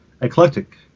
eclectic